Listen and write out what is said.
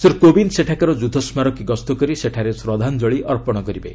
ଶ୍ରୀ କୋବିନ୍ଦ୍ ସେଠାକାର ଯୁଦ୍ଧସ୍କାରକୀ ଗସ୍ତ କରି ସେଠାରେ ଶ୍ରଦ୍ଧାଞ୍ଜଳି ଅର୍ପଣ କରିବେ